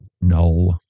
No